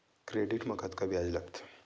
Credit मा कतका ब्याज लगथे?